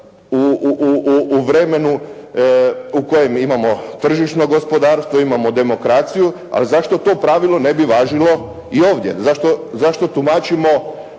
u vremenu u kojem imamo tržišno gospodarstvo, imamo demokraciju. Ali zašto to pravilo ne bi važilo i ovdje. Zašto tumačimo